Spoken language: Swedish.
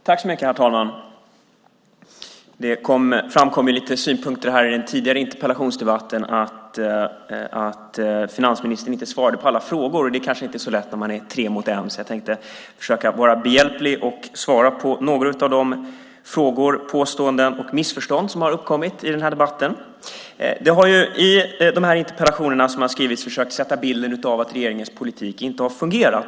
Herr talman! Det framkom synpunkter här i den tidigare interpellationsdebatten på att finansministern inte svarade på alla frågor. Det kanske inte är så lätt när man är tre mot en, så jag tänkte försöka vara behjälplig och svara på några av de frågor, påståenden och missförstånd som har uppkommit i debatten. I de interpellationer som har skrivits har man försökt ge bilden av att regeringens politik inte har fungerat.